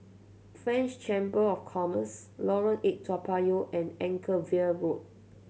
French Chamber of Commerce Lorong Eight Toa Payoh and Anchorvale Road